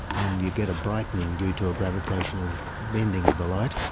and you get a brightening due to a gravitational bending of the light,